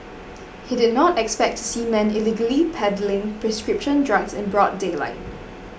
he did not expect to see men illegally peddling prescription drugs in broad daylight